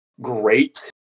great